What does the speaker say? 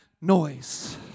noise